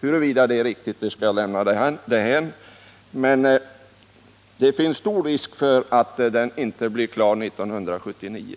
Huruvida det är riktigt skall jag lämna därhän, men det finns stor risk för att utredningen inte blir klar 1979.